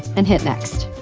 and hit next.